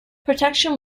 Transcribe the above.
protection